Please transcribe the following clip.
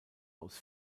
aus